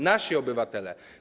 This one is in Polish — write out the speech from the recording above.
Nasi obywatele.